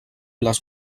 les